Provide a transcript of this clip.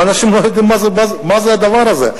ואנשים לא יודעים מה זה הדבר הזה.